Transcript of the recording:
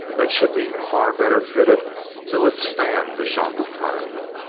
that should be far better fitted to withstand the shock of time.